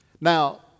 Now